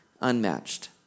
unmatched